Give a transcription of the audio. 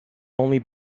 only